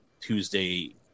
Tuesday